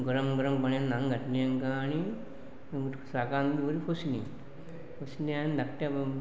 गरम गरम पाण्यान न्हावन घातलें तेंकां आनी साकान फूल पुसलीं पुसलीं आनी धाकटे बाव